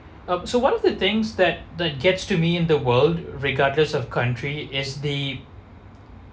uh so one of the things that that gets to me in the world regardless of country is the